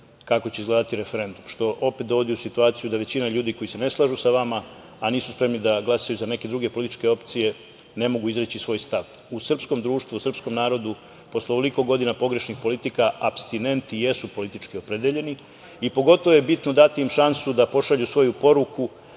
kako će izgledati referendum, što opet dovodi u situaciju da većina ljudi koji se ne slažu sa vama, a nisu spremni da glasaju za neke druge političke opcije, ne mogu izreći svoj stav.U srpskom društvu, u srpskom narodu, posle ovoliko godina pogrešnih politika, apstinenti jesu politički opredeljeni i pogotovo je bitno dati im šansu da pošalju svoju poruku